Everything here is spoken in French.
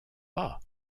pas